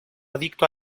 adicto